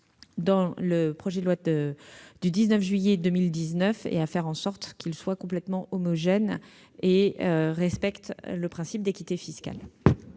dans la loi du 19 juillet 2019 et à faire en sorte qu'il soit complètement homogène et respecte le principe d'équité fiscale.